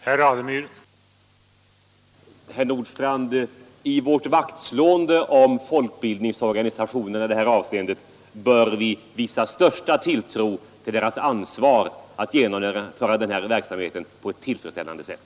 Herr talman! Herr Nordstrandh, när vi nu slår vakt om folkbildningsorganisationerna bör vi visa den största tilltro till deras förmåga att genomföra den här verksamheten på ett tillfredsställande sätt.